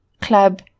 club